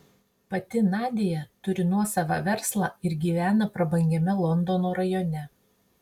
pati nadia turi nuosavą verslą ir gyvena prabangiame londono rajone